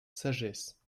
sagesse